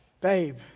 Babe